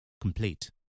Complete